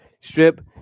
strip